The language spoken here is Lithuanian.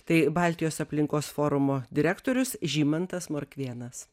tai baltijos aplinkos forumo direktorius žymantas morkvėnas